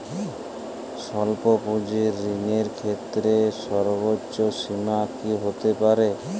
স্বল্প পুঁজির ঋণের ক্ষেত্রে সর্ব্বোচ্চ সীমা কী হতে পারে?